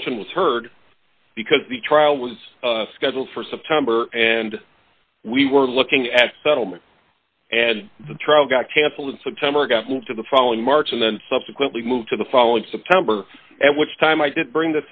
motion was heard because the trial was scheduled for september and we were looking at settlement and the trial got canceled in september got moved to the following march and then subsequently moved to the following september at which time i did bring